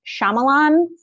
Shyamalan